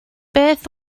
beth